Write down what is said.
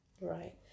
Right